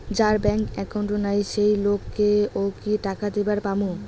যার bank account নাই সেই লোক কে ও কি টাকা দিবার পামু?